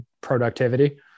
productivity